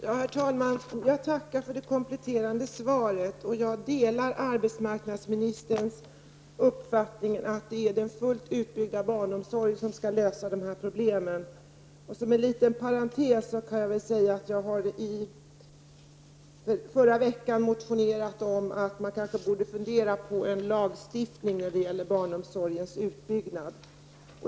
Herr talman! Jag tackar för det kompletterande svaret. Jag delar arbetsmarknadsministerns uppfattning att det är den fullt utbyggda barnomsorgen som skall lösa de här problemen. Som en liten parentes kan jag säga att jag förra veckan har motionerat om att man kanske borde fundera på en lagstiftning när det gäller barnomsorgens utbyggnad.